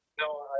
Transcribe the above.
No